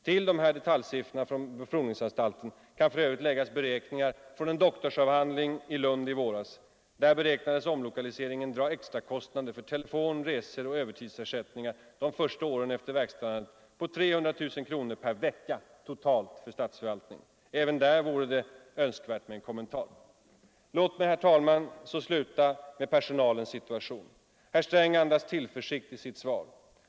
Till detaljsiffrorna för provningsanstalten kan för övrigt läggas beräkningar från en doktorsavhandling i Lund i våras. Där beräknades omlokaliseringen dra extrakostnader för telefon, resor och övertidsersättningar de första åren efter verkställandet på 300 000 kronor per vecka totalt för statsförvaltningen. Även här vore det behövligt med en kommentar. Låt mig, herr talman, så sluta med att säga några ord om personalens situation. Herr Sträng andas tillförsikt i sitt svar.